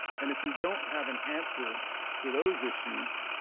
and if we don't have an answer to those issues,